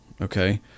okay